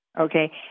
Okay